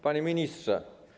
Panie Ministrze!